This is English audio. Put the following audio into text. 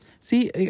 See